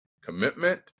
commitment